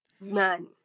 Man